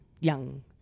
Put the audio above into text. Young